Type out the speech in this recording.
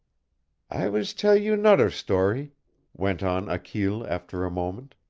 i was tell you nodder story went on achille, after a moment.